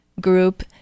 group